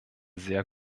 sehr